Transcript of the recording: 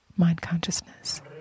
mind-consciousness